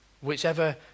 whichever